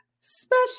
special